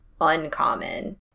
uncommon